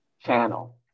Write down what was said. channel